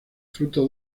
fruto